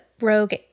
rogue